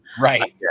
right